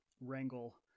wrangle